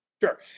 sure